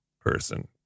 Person